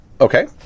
Okay